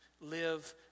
live